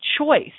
choice